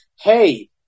hey